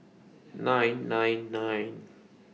nine nine nine